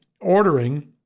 ordering